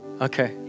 okay